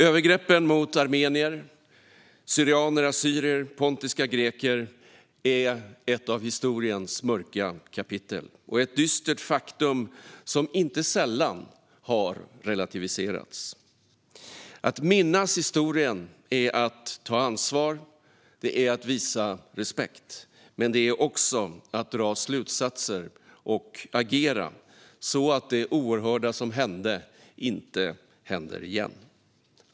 Övergreppen mot armenier, assyrier/syrianer och pontiska greker är ett av historien mörka kapitel och ett dystert faktum som inte sällan har relativiserats. Att minnas historien är att ta ansvar och visa respekt, men det är också att dra slutsatser och agera så att det oerhörda som hände inte händer igen.